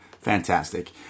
Fantastic